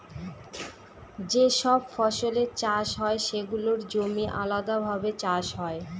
যে সব ফসলের চাষ হয় সেগুলোর জমি আলাদাভাবে চাষ হয়